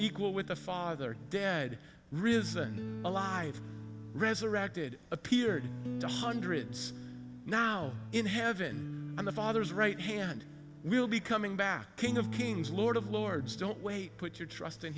equal with the father dead risen alive resurrected appeared hundreds now in heaven and the father's right hand will be coming back king of kings lord of lords don't wait put your trust in